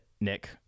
Nick